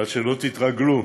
אבל שלא תתרגלו,